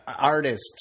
artists